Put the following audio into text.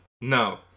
no